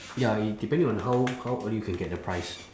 ya it depending on how how early you can get the price